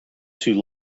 too